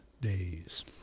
days